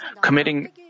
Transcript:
committing